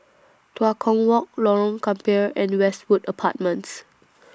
Tua Kong Walk Lorong Gambir and Westwood Apartments